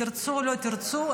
תרצו או לא תרצו,